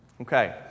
Okay